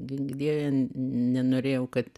gink dieve nenorėjau kad